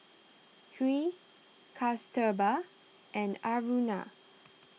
Hri Kasturba and Aruna